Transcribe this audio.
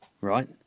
right